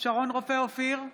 שרון רופא אופיר,